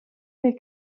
they